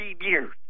years